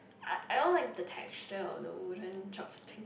I I don't like the texture of the wooden chopsticks